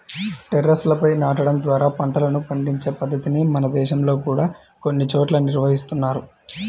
టెర్రస్లపై నాటడం ద్వారా పంటలను పండించే పద్ధతిని మన దేశంలో కూడా కొన్ని చోట్ల నిర్వహిస్తున్నారు